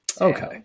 Okay